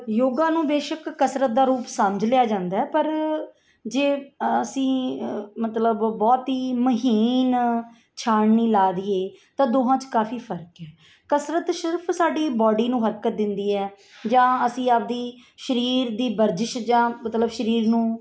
ਯੋਗਾ ਨੂੰ ਬੇਸ਼ੱਕ ਕਸਰਤ ਦਾ ਰੂਪ ਸਮਝ ਲਿਆ ਜਾਂਦਾ ਪਰ ਜੇ ਅਸੀਂ ਮਤਲਬ ਬਹੁਤ ਹੀ ਮਹੀਨ ਛਾਣਨੀ ਲਾ ਦਈਏ ਤਾਂ ਦੋਹਾਂ 'ਚ ਕਾਫੀ ਫਰਕ ਹੈ ਕਸਰਤ ਸਿਰਫ ਸਾਡੀ ਬਾਡੀ ਨੂੰ ਹਰਕਤ ਦਿੰਦੀ ਹੈ ਜਾਂ ਅਸੀਂ ਆਪਦੀ ਸਰੀਰ ਦੀ ਵਰਜਿਸ਼ ਜਾਂ ਮਤਲਬ ਸਰੀਰ ਨੂੰ